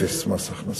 אפס מס הכנסה.